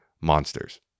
monsters